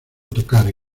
tocar